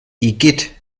igitt